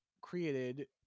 created